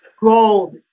Gold